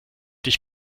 dich